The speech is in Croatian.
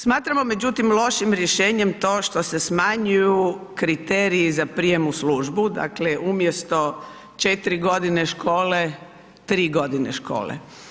Smatramo međutim, lošim rješenjem to što se smanjuju kriteriji za prijem u službu, dakle, umjesto 4 g. škole, 3 g. škole.